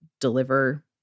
deliver